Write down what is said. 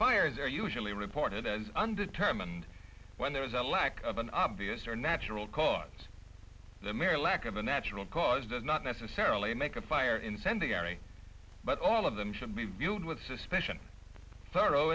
fires are usually reported as undetermined when there is a lack of an obvious or natural cause the mere lack of a natural cause does not necessarily make a fire incendiary but all of them should be viewed with suspicion thorough